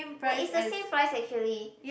ya is the same price actually